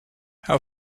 how